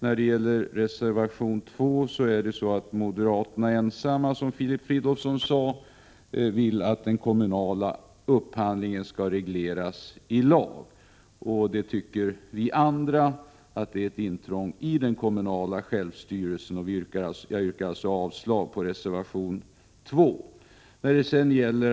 I reservation 2 vill moderaterna ensamma att, som Filip Fridolfsson sade, den kommunala upphandlingen skall regleras i lag. Det tycker vi andra är ett intrång i den kommunala självstyrelsen. Jag yrkar alltså avslag på reservation 2.